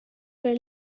were